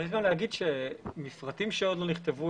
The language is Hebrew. אפשר גם לומר שמפרטים שעוד לא נכתבו,